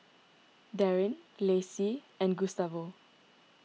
Darrin Lacie and Gustavo